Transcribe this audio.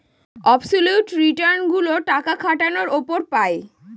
absolute return গুলো টাকা খাটানোর উপর পাই